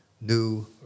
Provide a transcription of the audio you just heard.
new